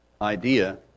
idea